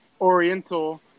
Oriental